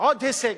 עוד הישג.